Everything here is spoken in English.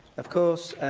of course,